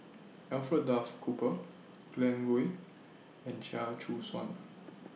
Alfred Duff Cooper Glen Goei and Chia Choo Suan